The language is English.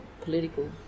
political